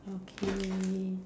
okay